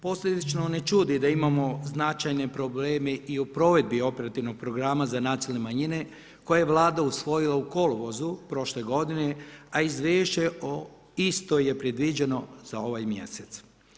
Posljedično ne čudi da imamo značajne probleme i u provedbi operativnog programa za nacionalne manjine koje je Vlada usvojila u kolovozu prošle godine, a izvješće o istoj je predviđeno za ovaj mjesec.